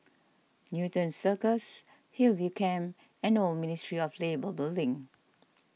Newton Circus Hillview Camp and Old Ministry of Labour Building